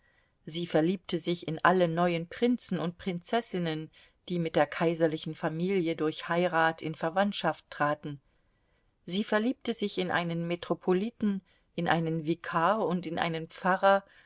sie verliebte sich in alle neuen prinzen und prinzessinnen die mit der kaiserlichen familie durch heirat in verwandtschaft traten sie verliebte sich in einen metropoliten in einen vikar und in einen pfarrer